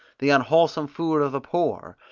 the unwholesome food of the poor,